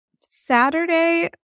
saturday